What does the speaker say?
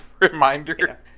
Reminder